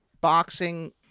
boxing